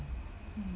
mm